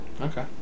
Okay